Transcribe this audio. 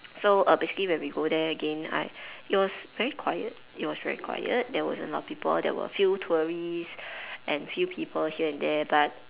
so err basically when we go there again I it was very quiet it was very quiet there wasn't a lot of people there were a few tourists and a few people here and there but